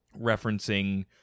referencing